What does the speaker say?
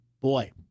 boy